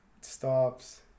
stops